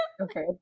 Okay